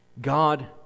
God